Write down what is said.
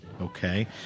Okay